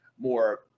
more